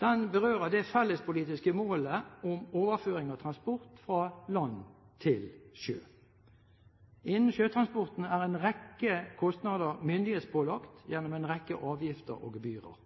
Den berører det felles politiske målet om overføring av transport fra land til sjø. Innen sjøtransporten er en rekke kostnader myndighetspålagt gjennom en rekke avgifter og gebyrer.